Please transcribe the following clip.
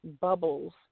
bubbles